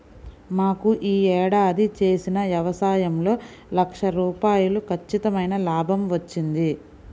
మాకు యీ ఏడాది చేసిన యవసాయంలో లక్ష రూపాయలు ఖచ్చితమైన లాభం వచ్చింది